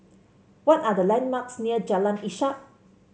what are the landmarks near Jalan Ishak